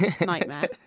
nightmare